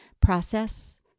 process